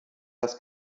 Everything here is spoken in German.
das